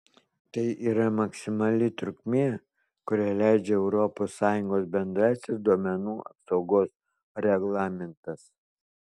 tai yra maksimali trukmė kurią leidžia europos sąjungos bendrasis duomenų apsaugos reglamentas